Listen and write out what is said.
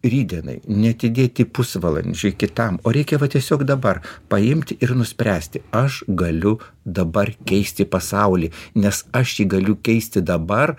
rytdienai neatidėti pusvalandžiui kitam o reikia tiesiog dabar paimti ir nuspręsti aš galiu dabar keisti pasaulį nes aš jį galiu keisti dabar